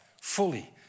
fully